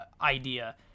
idea